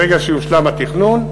ברגע שיושלם התכנון,